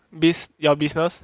bus~ your business